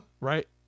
right